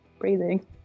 breathing